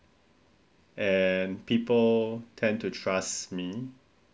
and people tend to trust me